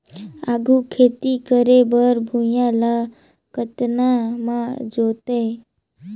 आघु खेती करे बर भुइयां ल कतना म जोतेयं?